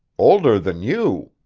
older than you?